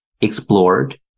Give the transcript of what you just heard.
explored